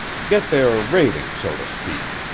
get their rating, so to speak.